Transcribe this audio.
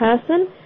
person